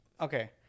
okay